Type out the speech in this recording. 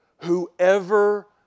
whoever